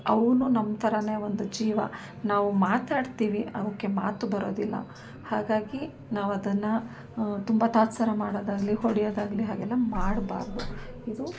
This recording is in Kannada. ಅವೂ ನಮ್ಮ ಥರ ಒಂದು ಜೀವ ನಾವು ಮಾತಾಡ್ತೀವಿ ಅವಕ್ಕೆ ಮಾತು ಬರೋದಿಲ್ಲ ಹಾಗಾಗಿ ನಾವು ಅದನ್ನು ತುಂಬ ತಾತ್ಸಾರ ಮಾಡೋದಾಗಲೀ ಹೊಡೆಯೋದಾಗಲೀ ಹಾಗೆಲ್ಲ ಮಾಡಬಾರದು ಇದು